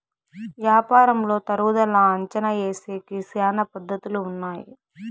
యాపారంలో తరుగుదల అంచనా ఏసేకి శ్యానా పద్ధతులు ఉన్నాయి